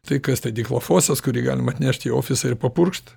tai kas tą diklofosas kurį galima atnešt į ofisą ir papurkšt